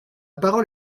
parole